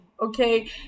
Okay